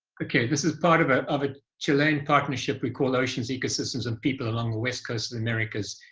okay this is part of a of a chilean partnership we call oceans ecosystems and people along the west coast of the americas.